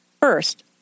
First